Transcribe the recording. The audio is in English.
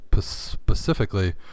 specifically